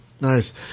Nice